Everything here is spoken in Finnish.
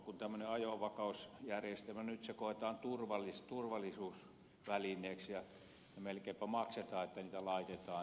nyt se koetaan turvallisuusvälineeksi ja melkeinpä maksetaan että niitä laitetaan